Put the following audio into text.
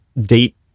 date